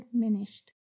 diminished